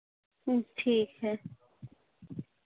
ठीक है